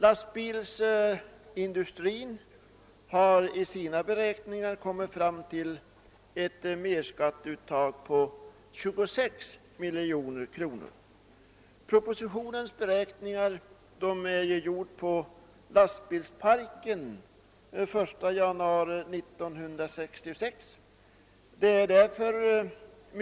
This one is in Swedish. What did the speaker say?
Lastbilsindustrin har i sina beräkningar kommit fram till ett merskatteuttag på 26 miljoner kronor. Propositionens beräkningar är gjorda på lastbilsparken den 1 januari 1966.